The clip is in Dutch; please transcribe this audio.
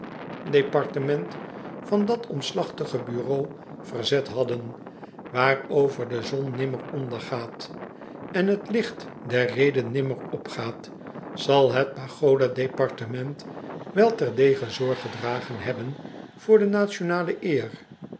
pagodadepartement van dat omslachtig bureau verzet hadden waarover de zon nimmer ondergaat en t licht der rede nimmer opgaat zal het pagoda departement wel ter dege zorg gedragen hebben voor de nationale eer